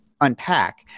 unpack